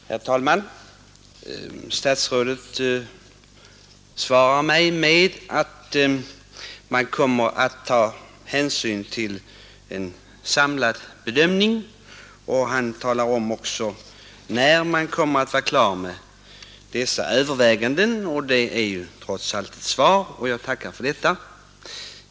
Herr talman! Statsrådet svarar att man kommer att ta hänsyn till en samlad bedömning och han talar också om när man kommer att vara klar med dessa överväganden. Det är trots allt ett svar, och jag tackar för detta.